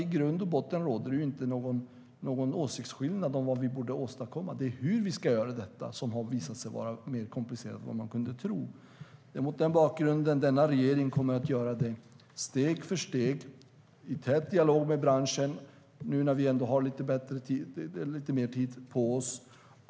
I grund och botten råder det ju inte någon åsiktsskillnad om vad vi borde åstadkomma. Det är hurDet är mot den bakgrunden denna regering kommer att göra detta steg för steg i tät dialog med branschen, nu när vi ändå har lite mer tid på oss.